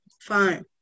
fine